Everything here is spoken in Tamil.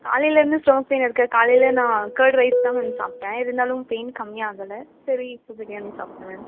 காலையிலேருந்து ஸ்டொமக் பெயின் இருக்குது காலையில் நான் கேர்ட் ரைஸ் தான் மேம் சாப்பிட்டேன் இருந்தாலும் பெயின் கம்மியாகலை சரி இப்போ பிரியாணி சாப்பிட்டேன் மேம்